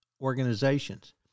organizations